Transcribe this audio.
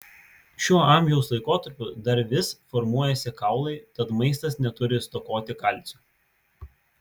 šiuo amžiaus laikotarpiu dar vis formuojasi kaulai tad maistas neturi stokoti kalcio